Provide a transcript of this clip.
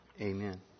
Amen